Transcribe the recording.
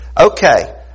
Okay